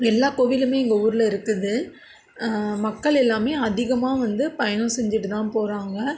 எல்லாக் கோவிலுமே எங்கள் ஊரில் இருக்குது மக்கள் எல்லாமே அதிகமாக வந்து பயணம் செஞ்சிவிட்டு தான் போகறாங்க